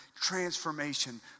transformation